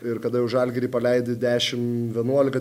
ir kada jau žalgirį paleidi dešimt vienuolika